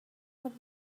but